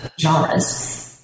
genres